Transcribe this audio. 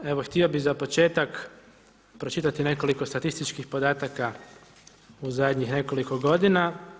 Evo, htio bih za početak pročitati nekoliko statističkih podataka u zadnjih nekoliko godina.